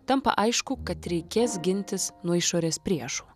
tampa aišku kad reikės gintis nuo išorės priešų